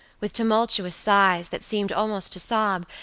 with tumultuous sighs, that seemed almost to sob,